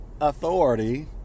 authority